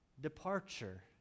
Departure